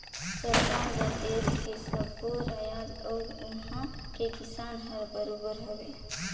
सरकार बर देस के सब्बो रायाज अउ उहां के किसान हर बरोबर हवे